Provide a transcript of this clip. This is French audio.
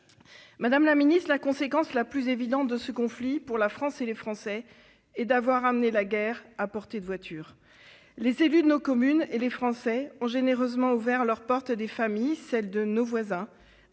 Première ministre, la conséquence la plus évidente de ce conflit, pour la France et les Français, est d'avoir mis la guerre à portée de voiture. Les élus de nos communes et les Français ont généreusement ouvert leur porte à des familles, celles de nos voisins,